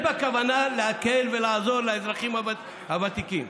יש בה כוונה להקל ולעזור לאזרחים הוותיקים.